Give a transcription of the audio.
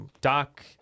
doc